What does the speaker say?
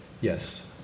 yes